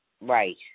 Right